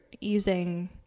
using